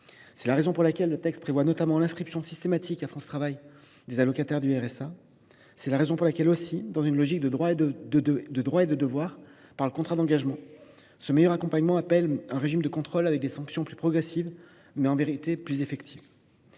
C’est la raison pour laquelle le texte prévoit, notamment, l’inscription systématique à France Travail des allocataires du RSA. C’est également pour cette raison que, dans une logique de droits et de devoirs, par le contrat d’engagement, ce meilleur accompagnement appelle un régime de contrôle avec des sanctions plus progressives, mais en vérité plus effectives.